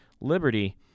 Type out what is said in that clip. Liberty